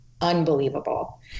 unbelievable